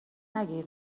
نگیر